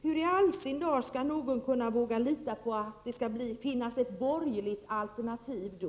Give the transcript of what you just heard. Hur i all sin dar skall någon kunna våga lita på att det skall finnas ett borgerligt alternativ då?